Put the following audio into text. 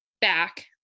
back